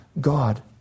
God